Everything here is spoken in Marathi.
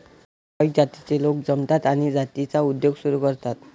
ठराविक जातीचे लोक जमतात आणि जातीचा उद्योग सुरू करतात